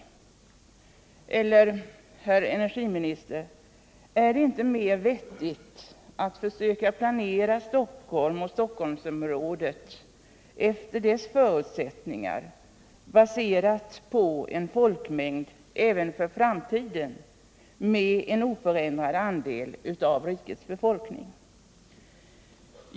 Vore det, herr energiminister, inte vettigare att försöka planera Stockholm och Stockholmsområdet efter dess förutsättningar, baserat på en folkmängd med en för framtiden oförändrad andel av rikets befolkning?